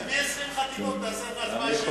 תביא 20 חתימות, תעשה הצבעה שמית.